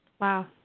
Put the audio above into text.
Wow